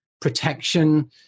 protection